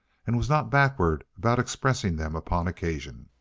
and was not backward about expressing them upon occasion.